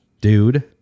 dude